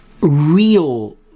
real